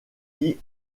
qui